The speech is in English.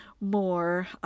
more